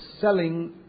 selling